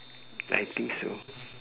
like I think so